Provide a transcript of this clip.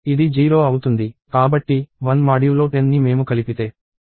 కాబట్టి 1 మాడ్యూలో 10ని మేము కలిపితే అది 1 అవుతుంది